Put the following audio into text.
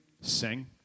Sing